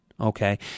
Okay